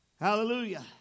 Hallelujah